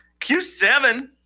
Q7